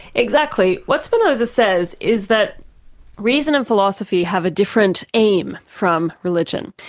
exactly. what spinoza says is that reason and philosophy have a different aim from religion.